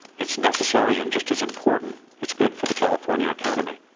it's necessary and, just as important, it's good for the california economy.